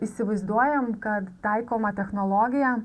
įsivaizduojam kad taikoma technologija